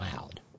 loud